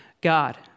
God